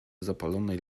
zapalonej